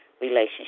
relationship